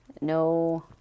No